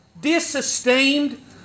disesteemed